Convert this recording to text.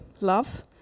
love